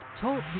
Talk